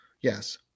Yes